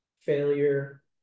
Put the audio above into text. failure